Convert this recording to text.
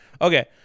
Okay